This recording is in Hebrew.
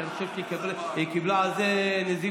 ואני חושב שהיא קיבלה על זה נזיפה,